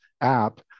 app